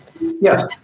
yes